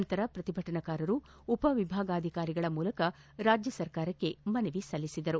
ನಂತರ ಪ್ರತಿಭಟನಾಕಾರರು ಉಪವಿಭಾಗಾಧಿಕಾರಿಗಳ ಮೂಲಕ ರಾಜ್ಯ ಸರ್ಕಾರಕ್ಕೆ ಮನವಿ ಸಲ್ಲಿಸಿದರು